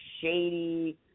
shady